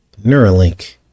Neuralink